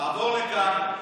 תעבור לכאן.